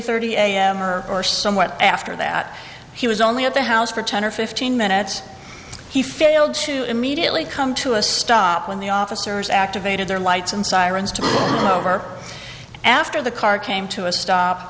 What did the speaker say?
thirty am or or somewhat after that he was only at the house for ten or fifteen minutes he failed to immediately come to a stop when the officers activated their lights and sirens to the over after the car came to a stop